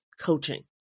coaching